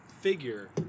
figure